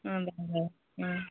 অঁ অঁ